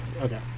okay